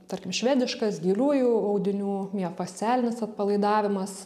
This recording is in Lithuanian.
tarkim švediškas giliųjų audinių miofascialinis atpalaidavimas